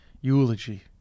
eulogy